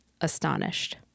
astonished